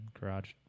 garage